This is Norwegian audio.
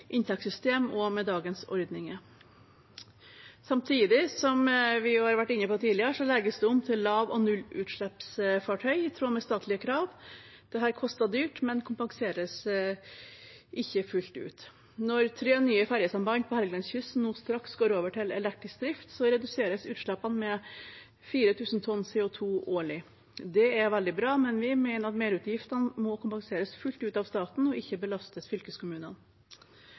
inntektssystem og med dagens ordninger. Samtidig, som vi har vært inne på tidligere, legges det om til lav- og nullutslippsfartøy som et statlig krav. Dette er dyrt, men kompenseres ikke fullt ut. Når tre nye ferjesamband på Helgelandskysten nå straks går over til elektrisk drift, reduseres utslippene med 4 000 tonn CO 2 årlig. Det er veldig bra, men vi mener at merutgiftene må kompenseres fullt ut av staten og ikke belastes fylkeskommunene.